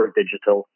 digital